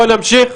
צביקה,